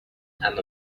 and